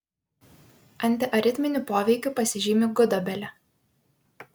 antiaritminiu poveikiu pasižymi gudobelė